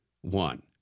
one